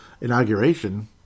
inauguration